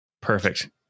Perfect